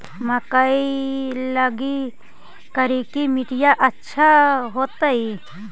मकईया लगी करिकी मिट्टियां अच्छा होतई